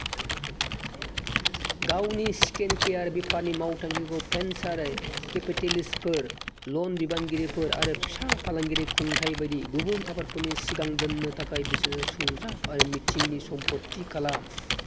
गावनि स्किनकेयार बेफारनि मावथांखिखौ भेन्चार कैपिटालिस्टफोर लन बिबानगिरिफोर आरो फिसा फालांगियारि खुंथाय बायदि गुबुन आफादफोरनि सिगां दोननो थाखाय बिसोरजों सुंजाब आरो मिथिंनि समफोर थि खालाम